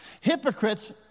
Hypocrites